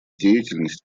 деятельность